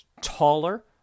taller-